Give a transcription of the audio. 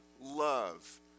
love